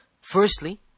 Firstly